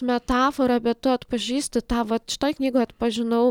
metafora bet tu atpažįsti tą vat šitoj knygoj atpažinau